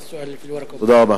תודה.